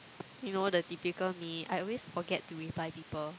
you know the typical me I always forget to reply people